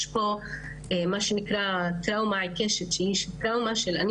מה שנקרא טראומה עיקשת יש טראומה של אני